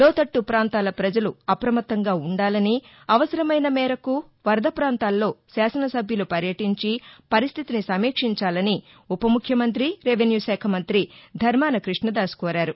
లోతట్టు పాంతాల పజలు అప్రమత్తంగా ఉండాలని అవసరమైన మేరకు వరద పాంతాల్లో శాసన సభ్యులు పర్యటించి పరిస్టితిని సమీక్షించాలని ఉప ముఖ్యమంతి రెవెన్యూ శాఖ మంతి ధర్మాన కృష్ణదాస్ కోరారు